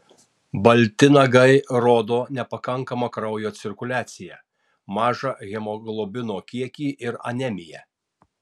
balti nagai rodo nepakankamą kraujo cirkuliaciją mažą hemoglobino kiekį ir anemiją